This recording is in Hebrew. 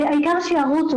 והעיקר שירוצו,